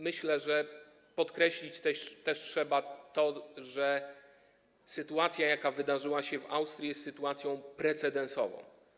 Myślę, że podkreślić też trzeba, że sytuacja, jaka wydarzyła się w Austrii, jest sytuacją precedensową.